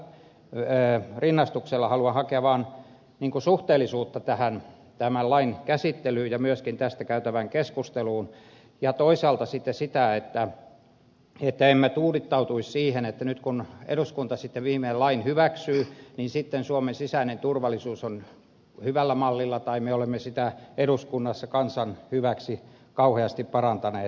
tällä rinnastuksella haluan hakea vaan suhteellisuutta tämän lain käsittelyyn ja myöskin tästä käytävään keskusteluun ja toisaalta sitten sitä että emme tuudittautuisi siihen että nyt kun eduskunta sitten viimein lain hyväksyy niin sitten suomen sisäinen turvallisuus on hyvällä mallilla tai me olemme sitä eduskunnassa kansan hyväksi kauheasti parantaneet